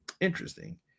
Interesting